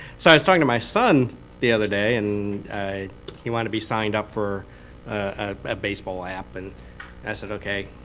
so i was talking to my son the other day. and he wanted to be signed up for a baseball app. and i said, ok.